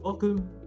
Welcome